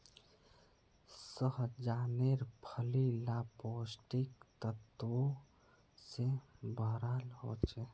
सह्जानेर फली ला पौष्टिक तत्वों से भराल होचे